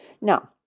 Now